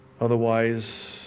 Otherwise